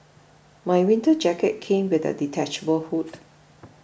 my winter jacket came with a detachable hood